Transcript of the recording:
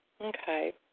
Okay